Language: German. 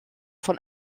von